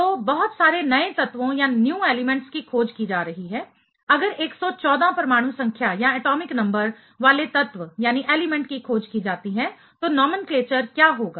तो बहुत सारे नए तत्वों की खोज की जा रही है अगर 114 परमाणु संख्या एटॉमिक नंबर वाले तत्व की खोज की जाती है तो नोमेनक्लेचर क्या होगा